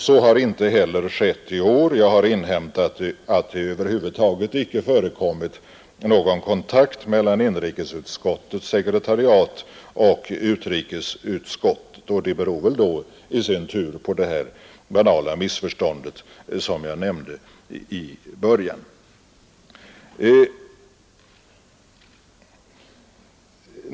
Så har inte heller skett i år; jag har inhämtat att det över huvud taget inte förekommit någon kontakt mellan inrikesutskottets sekretariat och utrikesutskottet. Det beror väl i sin tur på det här banala missförståndet som jag nämnde i början.